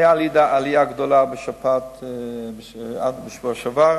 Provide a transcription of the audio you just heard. היתה עלייה גדולה בשפעת בשבוע שעבר,